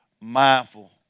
mindful